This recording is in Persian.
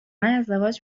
ازدواج